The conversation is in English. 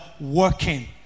working